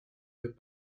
veut